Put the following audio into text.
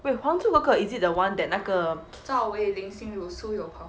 wait 还珠格格 is it the one that 那个